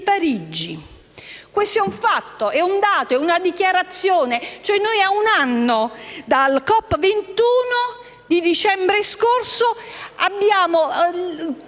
Questo è un fatto, è un dato, è una dichiarazione.